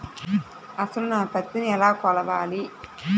అసలు నా పత్తిని ఎలా కొలవాలి?